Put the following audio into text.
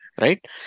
right